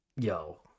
Yo